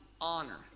honor